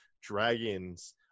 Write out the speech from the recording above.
dragons